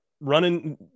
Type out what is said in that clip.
Running